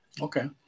okay